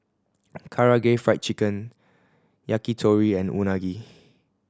Karaage Fried Chicken Yakitori and Unagi